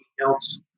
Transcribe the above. else